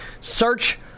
Search